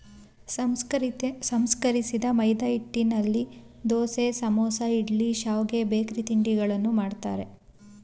ಸಂಸ್ಕರಿಸಿದ ಮೈದಾಹಿಟ್ಟಿನಲ್ಲಿ ದೋಸೆ, ಸಮೋಸ, ಇಡ್ಲಿ, ಶಾವ್ಗೆ, ಬೇಕರಿ ತಿಂಡಿಗಳನ್ನು ಮಾಡ್ತರೆ